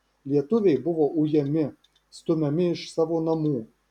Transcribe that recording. lietuviai buvo ujami stumiami iš savo namų